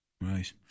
Right